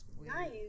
nice